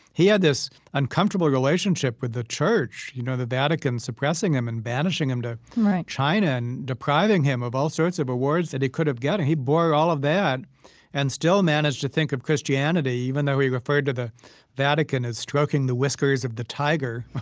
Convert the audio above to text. he had this uncomfortable relationship with the church, you know, the vatican suppressing him and banishing him to china and depriving him of all sorts of awards that he could have gotten. he bore all of that and still managed to think of christianity, even though he referred to the vatican as stroking the whiskers of the tiger